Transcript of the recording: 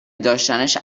داشتنش